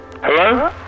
Hello